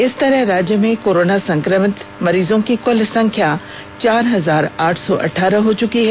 इस तरह राज्य में कोरोना संक्रमित मरीजों की कल संख्या चार हजार आठ सौ अठारह हो चुकी है